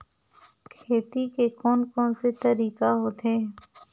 खेती के कोन कोन से तरीका होथे?